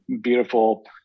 beautiful